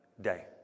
day